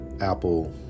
Apple